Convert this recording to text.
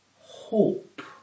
hope